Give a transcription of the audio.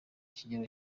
kigero